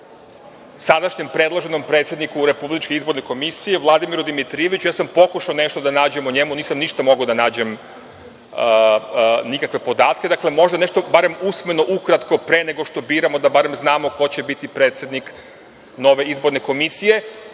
sadašnjem predloženom predsedniku Republičke izborne komisije Vladimiru Dimitrijeviću. Ja sam pokušao nešto da nađem o njemu, ali nisam ništa mogao da nađem, nikakve podatke. Dakle, možda barem nešto usmeno ukratko, pre nego što biramo, da barem znamo ko će biti predsednik nove izborne komisije.